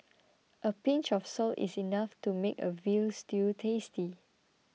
a pinch of salt is enough to make a Veal Stew tasty